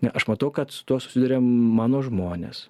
ne aš matau kad su tuo susiduria mano žmonės